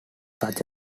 such